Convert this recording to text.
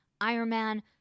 Ironman